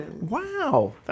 Wow